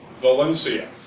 Valencia